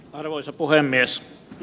arvoisa puhemies